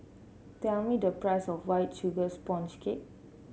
tell me the price of White Sugar Sponge Cake